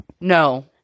No